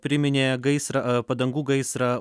priminė gaisrą padangų gaisrą